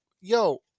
Yo